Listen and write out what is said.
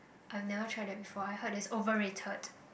I never tried that before I heard that is overrated